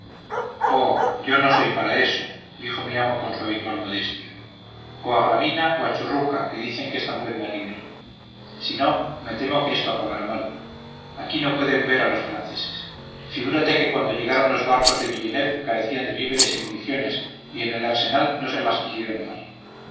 oh yo no soy para eso dijo mi amo con su habitual modestia o a gravina o a que dicen que es tan buen marino si no me temo que esto acabará mal aquí no pueden ver a los franceses figúrate que cuando llegaron los barcos de villeneuve carecían de víveres y municiones y en el arsenal no se las quisieron dar